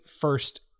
first